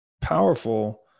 powerful